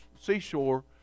seashore